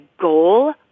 goal